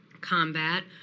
combat